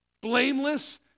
blameless